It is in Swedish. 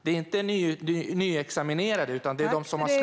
Det handlar inte om de nyutexaminerade utan om de som har slutat.